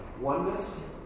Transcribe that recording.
oneness